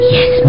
Yes